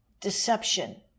deception